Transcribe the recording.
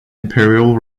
imperial